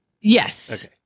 Yes